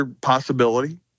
possibility